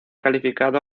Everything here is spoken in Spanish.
calificado